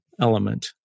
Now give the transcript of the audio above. element